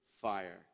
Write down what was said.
fire